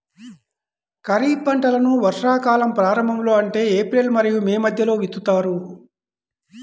ఖరీఫ్ పంటలను వర్షాకాలం ప్రారంభంలో అంటే ఏప్రిల్ మరియు మే మధ్యలో విత్తుతారు